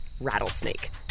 rattlesnake